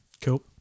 Cool